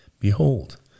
behold